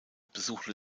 besuchte